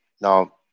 Now